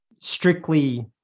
strictly